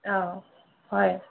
অঁ হয়